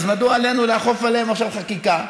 אז מדוע עלינו לכוף עליהם עכשיו חקיקה?